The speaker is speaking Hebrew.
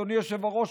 אדוני היושב-ראש,